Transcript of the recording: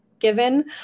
given